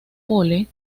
pole